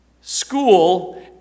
school